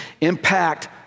impact